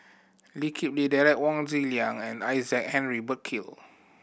Lee Kip Lee Derek Wong Zi Liang and Isaac Henry Burkill